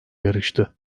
yarıştı